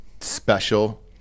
Special